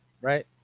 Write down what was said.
right